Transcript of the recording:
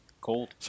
Cold